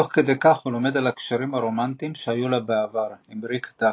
תוך כדי כך הוא לומד על הקשרים הרומנטיים שהיו לה בעבר עם ריק דקארד.